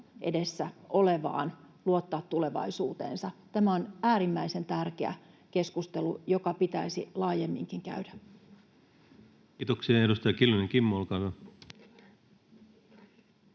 edessä olevaan, luottaa tulevaisuuteensa? Tämä on äärimmäisen tärkeä keskustelu, joka pitäisi laajemminkin käydä. [Speech 16] Speaker: Ensimmäinen